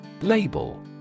Label